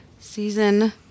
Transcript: season